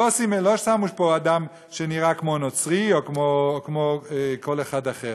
לא שמו פה אדם שנראה כמו נוצרי או כמו כל אחד אחר.